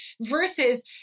versus